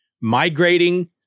migrating –